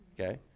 Okay